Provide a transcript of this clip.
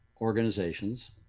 organizations